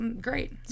Great